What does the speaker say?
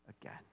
again